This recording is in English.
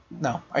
No